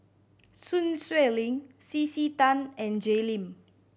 Sun Xueling C C Tan and Jay Lim